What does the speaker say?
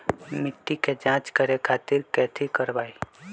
मिट्टी के जाँच करे खातिर कैथी करवाई?